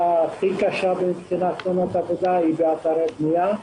הכי קשה מבחינת תאונות עבודה היא אתרי בנייה.